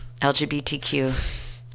LGBTQ